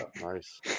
Nice